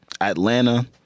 Atlanta